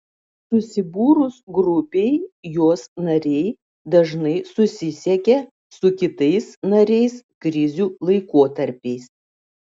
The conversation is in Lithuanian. susibūrus grupei jos nariai dažnai susisiekia su kitais nariais krizių laikotarpiais